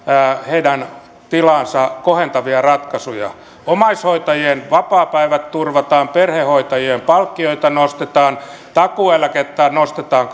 heidän tilaansa kohentavia ratkaisuja omaishoitajien vapaapäivät turvataan perhehoitajien palkkioita nostetaan takuueläkettä nostetaan